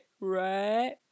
right